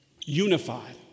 unified